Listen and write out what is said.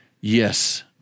Yes